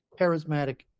charismatic